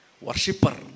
Worshipper